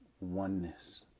oneness